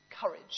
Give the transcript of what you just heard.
courage